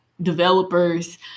developers